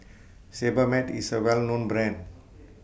Sebamed IS A Well known Brand